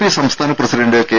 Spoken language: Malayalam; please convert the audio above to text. പി സംസ്ഥാന പ്രസിഡണ്ട് കെ